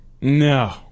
No